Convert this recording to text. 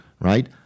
Right